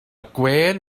gwên